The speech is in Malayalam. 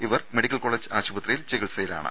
ഇവർ മെഡിക്കൽ കോളജ് ആശുപത്രിയിൽ ചികിത്സയിലാണ്